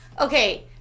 Okay